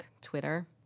Twitter